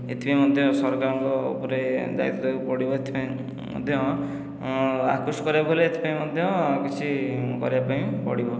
ଏଥିପାଇଁ ମଧ୍ୟ ସରକାରଙ୍କ ଉପରେ ଦାୟିତ୍ଵ ଦେବାକୁ ପଡ଼ିବ ଏଥିପାଇଁ ମଧ୍ୟ ଆକୃଷ୍ଟ କରିବାକୁ ହେଲେ ଏଥିପାଇଁ ମଧ୍ୟ କିଛି କରିବା ପାଇଁ ପଡ଼ିବ